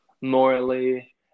morally